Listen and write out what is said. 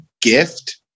gift